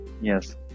yes